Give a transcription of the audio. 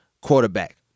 quarterback